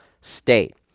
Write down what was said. State